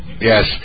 yes